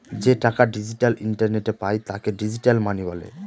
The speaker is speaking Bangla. যে টাকা ডিজিটাল ইন্টারনেটে পায় তাকে ডিজিটাল মানি বলে